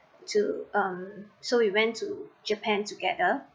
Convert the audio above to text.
to um so we went to japan together